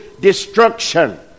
destruction